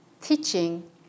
teaching